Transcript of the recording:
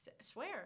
Swear